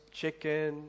chicken